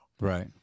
Right